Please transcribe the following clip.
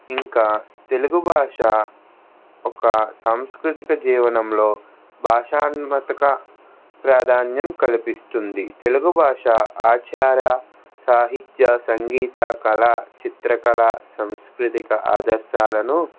ఇంకా తెలుగు భాష ఒక సంస్కృతిక జీవనంలో భాషాన్మాతగా ప్రాధాన్యం కల్పిస్తుంది తెలుగు భాష ఆచార సాహిత్య సంగీత కళ చిత్రకళ సాంస్కృతిక ఆదర్శాలను